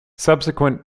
subsequent